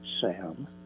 Sam